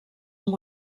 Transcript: amb